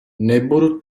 nebudu